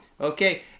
okay